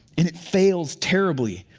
and it fails terribly.